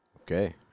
Okay